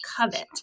covet